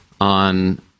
on